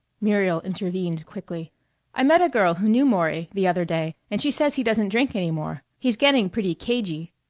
muriel intervened quickly i met a girl who knew maury, the other day, and she says he doesn't drink any more. he's getting pretty cagey.